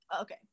Okay